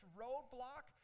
roadblock